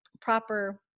proper